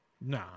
Nah